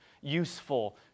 useful